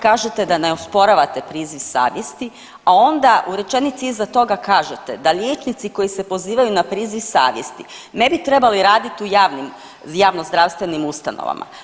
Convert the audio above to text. Kažete da ne osporavate priziv savjesti, a onda u rečenici iza toga kažete da liječnici koji se pozivaju na priziv savjesti ne bi trebali raditi u javnim, javnozdravstvenim ustanovama.